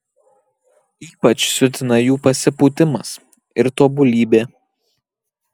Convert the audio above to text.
ypač siutina jų pasipūtimas ir tobulybė